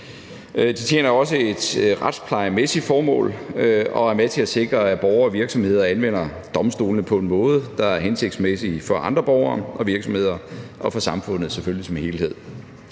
De tjener også et retsplejemæssigt formål og er med til at sikre, at borgere og virksomheder anvender domstolene på en måde, der er hensigtsmæssig for andre borgere og virksomheder og selvfølgelig for